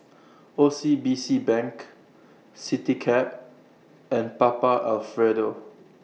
O C B C Bank Citycab and Papa Alfredo